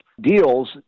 deals